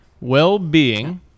well-being